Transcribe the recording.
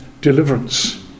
deliverance